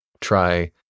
try